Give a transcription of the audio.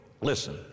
listen